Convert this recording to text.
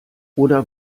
oder